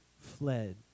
fled